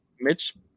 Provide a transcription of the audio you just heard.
Mitch